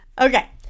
okay